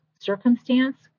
circumstance